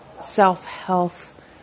self-health